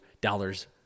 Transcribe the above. dollars